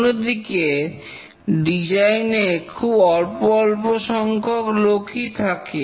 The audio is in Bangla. অন্যদিকে ডিজাইন এ খুব অল্প অল্প সংখ্যক লোকই থাকে